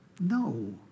No